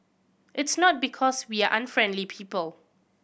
it's not because we are unfriendly people